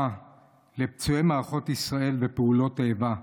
לפצועי מערכות ישראל ופעולות האיבה.